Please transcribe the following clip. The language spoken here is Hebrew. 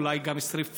אולי גם שרפות,